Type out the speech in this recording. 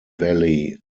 valley